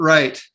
Right